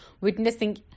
witnessing